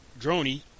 Droney